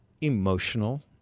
emotional